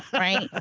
right? ah